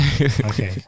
Okay